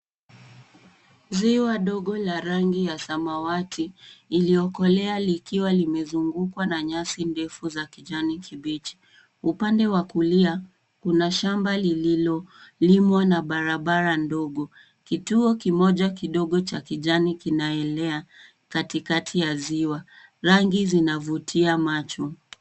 Ziwa dogo la rangi ya samawati iliyokolea likiwa limezungukwa na nyasi ndefu za kijani kibichi, upande wa kulia kuna shamba lililolimwa na barabara ndogo, kituo kimoja cha kijani kinaenea katikati ya ziwa. Rangi zinavutia macho.